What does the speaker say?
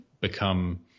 become